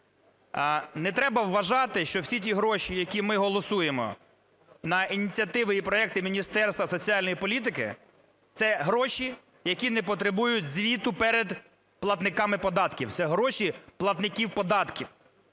Не треба вважати, що всі ті гроші, які ми голосуємо на ініціативи і проекти Міністерства соціальної політики, – це гроші, які не потребують звіту перед платниками податків, це гроші платників податків.